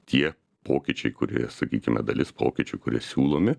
tie pokyčiai kurie sakykime dalis pokyčių kurie siūlomi